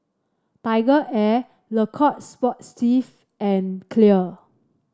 TigerAir Le Coq Sportif and Clear